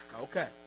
Okay